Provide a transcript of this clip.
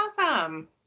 awesome